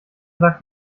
sagt